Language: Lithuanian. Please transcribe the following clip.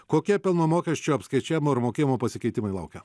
kokie pelno mokesčio apskaičiavimo ir mokėjimo pasikeitimai laukia